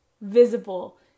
visible